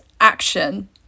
action